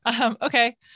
Okay